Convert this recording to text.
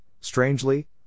strangely